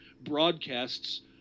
broadcasts